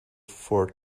for